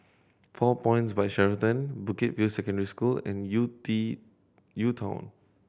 Four Points By Sheraton Bukit View Secondary School and U T UTown